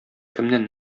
кемнән